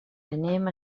anem